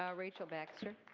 yeah rachel baxter.